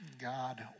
God